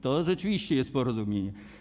To rzeczywiście jest porozumienie.